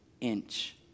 inch